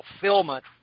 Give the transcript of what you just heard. fulfillment